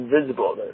invisible